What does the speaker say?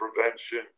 prevention